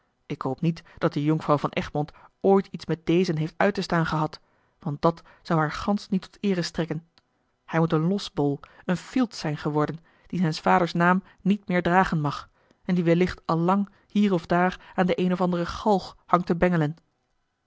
ik hoop niet dat de jonkvrouw van egmond ooit iets met dezen heeft uit te staan gehad want dàt zou haar gansch niet tot eere strekken hij moet een losbol een fielt zijn geworden die zijns vaders naam niet meer dragen mag en die wellicht al lang hier of daar aan de eene of andere galg hangt te bengelen